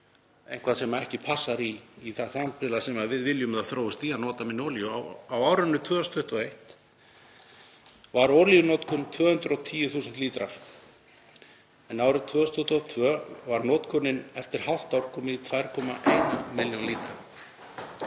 eitthvað sem ekki passar í það samfélag sem við viljum að þróist hér, að nota minni olíu. Á árinu 2021 var olíunotkun 210.000 lítrar en árið 2022 var notkunin eftir hálft ár komin í 2,1 milljón lítra.